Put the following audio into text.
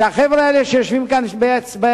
החבר'ה האלה, שיושבים כאן ביציע,